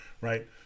Right